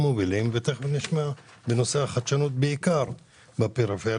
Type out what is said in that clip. מובילים - ותכף נשמע עליהם בנושא החדשנות בעיקר בפריפריה,